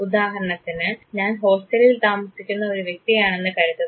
ഉദാഹരണത്തിന് ഞാൻ ഹോസ്റ്റലിൽ താമസിക്കുന്ന ഒരു വ്യക്തിയാണെന്ന് കരുതുക